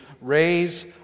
raise